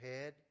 head